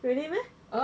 really meh